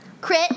Crit